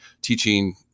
teaching